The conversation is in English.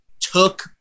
took